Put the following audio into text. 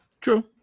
True